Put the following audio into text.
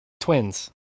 Twins